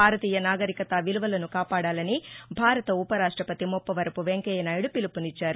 భారతీయ నాగరికత విలువలను కాపాడాలని భారత ఉపరాష్టపతి ముప్పవరపు వెంకయ్యనాయుడు పిలుపునిచ్చారు